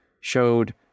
showed